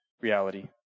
reality